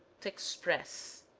to express